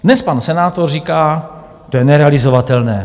Dnes pan senátor říká: To je nerealizovatelné.